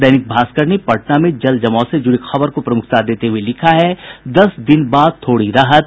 दैनिक भास्कर ने पटना में जल जमाव से जुड़ी खबर को प्रमुखता देते हुये लिखा है दस दिन बाद थोड़ी राहत